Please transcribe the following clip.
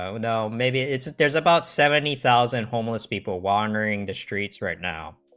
no no maybe it's there's about seventy thousand homeless people wandering the streets right now